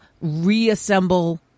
reassemble